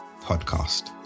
podcast